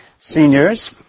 seniors